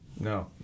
No